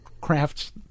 Crafts